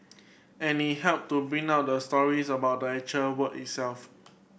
and it help to bring out the stories about the actual work itself